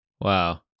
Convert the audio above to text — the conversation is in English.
Wow